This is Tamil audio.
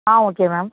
ah okay ma'am